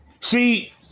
See